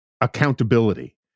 accountability